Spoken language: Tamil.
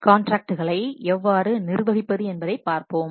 பின்னர் காண்ட்ராக்ட்களை எவ்வாறு நிர்வகிப்பது என்பதை பார்ப்போம்